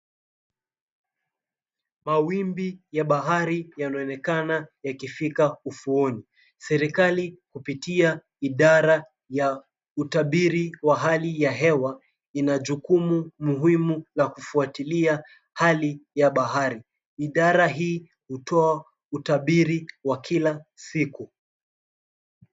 Mawimbi ya bahari yanaonekana yakifika ufuoni. Serikali kupitia idara ya utabiri wa hali ya hewa ina jukumu muhimu la kufuatilia hali ya bahari. Idara hii hutoa utabiri wa kila siku.